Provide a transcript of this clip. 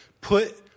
put